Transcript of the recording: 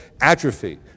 atrophy